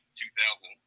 2000